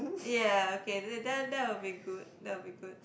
yeah okay th~ that that will be good that will be good